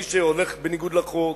מי שהולך בניגוד לחוק,